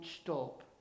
stop